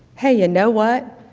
hey, you know what?